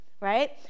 right